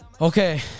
Okay